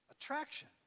Attraction